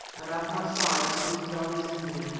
and at my side stood indaba-zimbi,